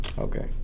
okay